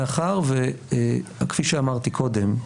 מאחר שכפי שאמרתי קודם,